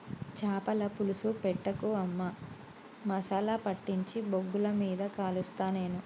చాపల పులుసు పెట్టకు అమ్మా మసాలా పట్టించి బొగ్గుల మీద కలుస్తా నేను